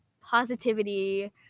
positivity